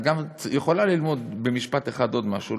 גם את יכולה ללמוד במשפט אחד עוד משהו.